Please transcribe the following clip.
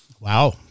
Wow